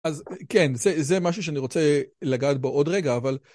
אז כן, זה משהו שאני רוצה לגעת בו עוד רגע, אבל...